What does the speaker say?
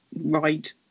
right